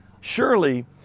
surely